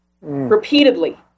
repeatedly